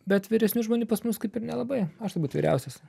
bet vyresnių žmonių pas mus kaip ir nelabai aš turbūt vyriausias